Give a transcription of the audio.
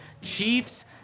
Chiefs